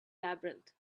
labyrinth